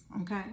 okay